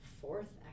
fourth